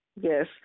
Yes